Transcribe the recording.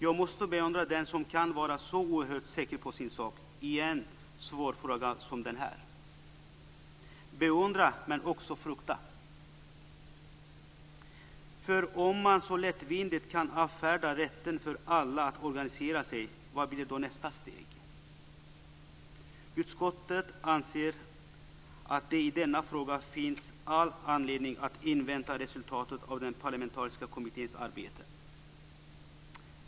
Jag måste beundra den som kan vara så oerhört säker på sin sak i en svår fråga som den här - beundra men också frukta. För om man så lättvindigt kan avfärda rätten för alla att organisera sig, vad blir då nästa steg? Utskottet anser att det i denna fråga finns all anledning att invänta resultatet av den parlamentariska kommitténs arbete.